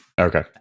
Okay